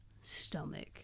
stomach